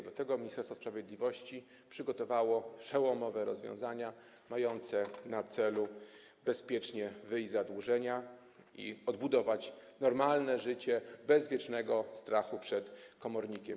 Dlatego Ministerstwo Sprawiedliwości przygotowało przełomowe rozwiązania mające na celu bezpieczne wyjście z zadłużenia i odbudowanie normalnego życia bez wiecznego strachu przed komornikiem.